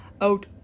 out